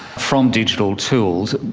from digital tools,